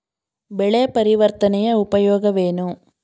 ಬೆಳೆ ಪರಿವರ್ತನೆಯ ಉಪಯೋಗವೇನು?